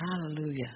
Hallelujah